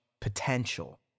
potential